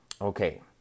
Okay